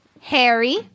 Harry